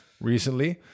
recently